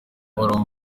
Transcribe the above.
uhoraho